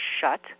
shut